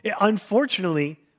unfortunately